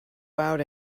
out